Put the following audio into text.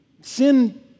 Sin